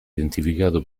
identificato